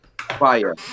Fire